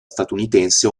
statunitense